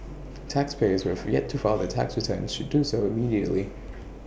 taxpayers who have yet to file their tax returns should do so immediately